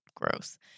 gross